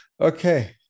Okay